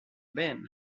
ven